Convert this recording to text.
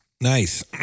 nice